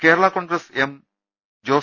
Kerala Congress M Jose